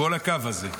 כל הקו הזה,